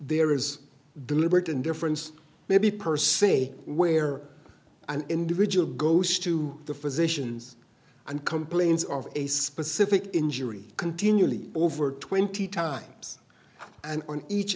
there is deliberate indifference maybe perc where an individual goes to the physicians and complains of a specific injury continually over twenty times and on each